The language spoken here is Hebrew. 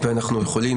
ואנחנו יכולים,